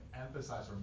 emphasize